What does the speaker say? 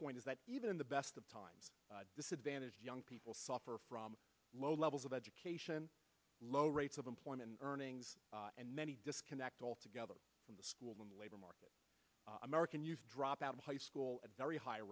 point is that even in the best of times disadvantaged young people suffer from low levels of education low rates of employment earnings and many disconnect altogether in the school labor market american youth drop out of high school at very high